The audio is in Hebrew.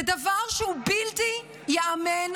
זה דבר שהוא בלתי ייאמן,